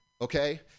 okay